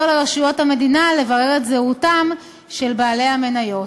לרשויות המדינה לברר את זהותם של בעלי המניות.